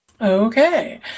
Okay